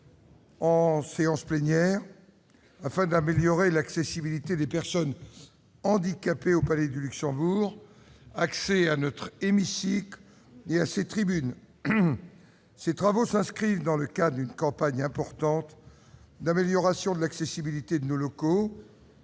en séance plénière, afin d'améliorer, pour les personnes handicapées, l'accessibilité au Palais du Luxembourg, à notre hémicycle et à ses tribunes. Ces travaux s'inscrivent dans le cadre d'une campagne importante d'amélioration de l'accessibilité de nos locaux